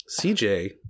CJ